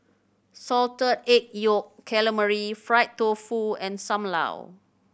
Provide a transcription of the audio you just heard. Salted Egg Yolk Calamari fried tofu and Sam Lau